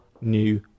new